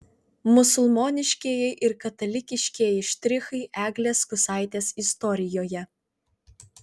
musulmoniškieji ir katalikiškieji štrichai eglės kusaitės istorijoje